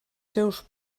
seus